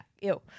ew